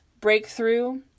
breakthrough